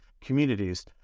communities